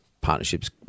partnerships